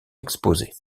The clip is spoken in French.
exposé